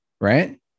Right